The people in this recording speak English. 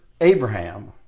Abraham